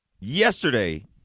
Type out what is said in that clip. yesterday